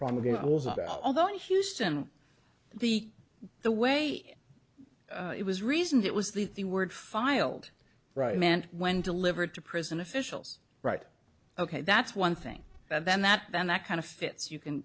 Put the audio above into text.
probably going to was about although in houston the the way it was reasoned it was the the word filed right man when delivered to prison officials right ok that's one thing but then that then that kind of fits you can